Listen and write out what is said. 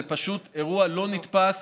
זה פשוט אירוע לא נתפס.